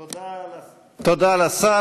תודה לשר.